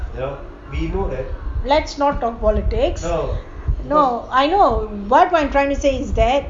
let's not talk politics no what I'm trying to say is that